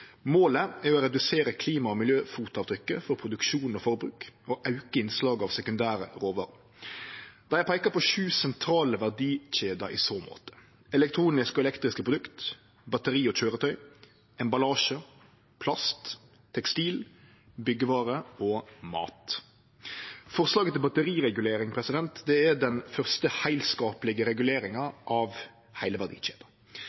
Målet er å redusere klima- og miljøfotavtrykket for produksjon og forbruk, og auke innslaget av sekundære råvarer. Dei peiker på sju sentrale verdikjeder i så måte: elektroniske og elektriske produkt, batteri og køyretøy, emballasje, plast, tekstil, byggjevarer og mat. Forslaget til batteriregulering er den første